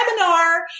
webinar